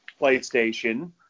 playstation